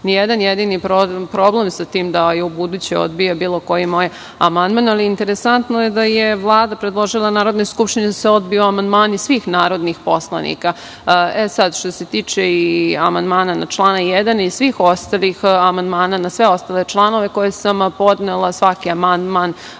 ni jedan jedini problem sa tim da i ubuduće odbija bilo koji moj amandman, ali interesantno je da je Vlada predložila Narodnoj skupštini da se odbiju amandmani svih narodnih poslanika. Sada, što se tiče i amandmana na član 1. i svih ostalih amandmana na sve ostale članove koje sam podnela, svaki amandman